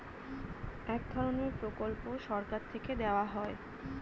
এক ধরনের প্রকল্প সরকার থেকে দেওয়া হয়